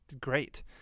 great